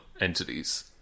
entities